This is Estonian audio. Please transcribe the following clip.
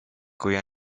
kui